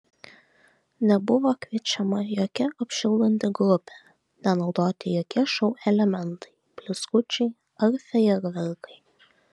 nebuvo kviečiama jokia apšildanti grupė nenaudoti jokie šou elementai blizgučiai ar fejerverkai